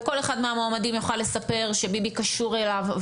וכל אחד מהמועמדים יוכל לספר שביבי קשור אליו,